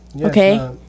okay